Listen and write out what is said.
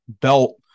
belt